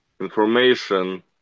information